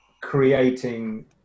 creating